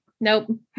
Nope